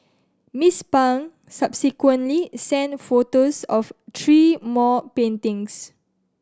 Miss Pang subsequently sent photos of three more paintings